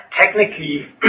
technically